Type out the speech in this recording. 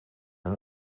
een